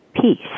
peace